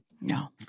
No